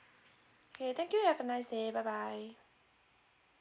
okay thank you have a nice day bye bye